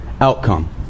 outcome